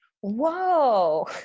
Whoa